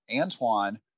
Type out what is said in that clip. Antoine